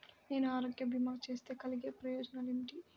నేను ఆరోగ్య భీమా చేస్తే కలిగే ఉపయోగమేమిటీ?